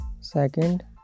second